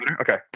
Okay